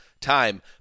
Time